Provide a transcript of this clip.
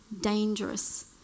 dangerous